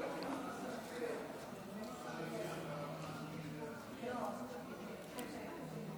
בעד אם כן, תמה ההצבעה.